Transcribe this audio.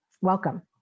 welcome